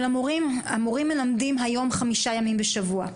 אבל המורים מלמדים היום חמישה ימים בשבוע.